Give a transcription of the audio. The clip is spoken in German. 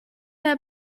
der